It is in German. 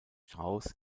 strauss